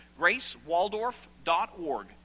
gracewaldorf.org